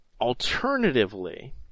Alternatively